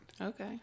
Okay